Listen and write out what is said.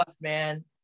man